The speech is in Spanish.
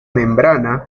membrana